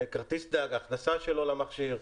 כרטיס נהג והכנסה שלו למכשיר,